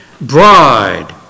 bride